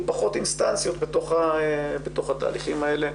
פחות אינסטנציות בתוך התהליכים האלה.